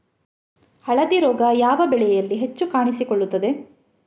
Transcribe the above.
ಹಳದಿ ರೋಗ ಯಾವ ಬೆಳೆಯಲ್ಲಿ ಹೆಚ್ಚು ಕಾಣಿಸಿಕೊಳ್ಳುತ್ತದೆ?